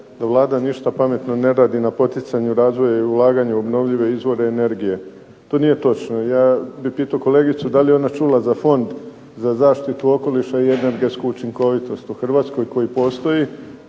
da Vlada ništa pametno ne radi na poticanju razvoja i ulaganja u obnovljive izvore energije. To nije točno. Ja bih pitao kolegicu da li je ona čula za Fond za zaštitu okoliša i energetsku učinkovitost u Hrvatskoj koji postoji.